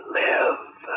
live